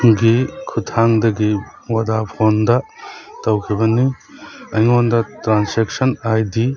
ꯒꯤ ꯈꯨꯊꯥꯡꯗꯒꯤ ꯕꯣꯗꯥꯐꯣꯟꯗ ꯇꯧꯈꯤꯕꯅꯤ ꯑꯩꯉꯣꯟꯗ ꯇ꯭ꯔꯥꯟꯖꯦꯛꯁꯟ ꯑꯥꯏ ꯗꯤ